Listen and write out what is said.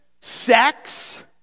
sex